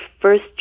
first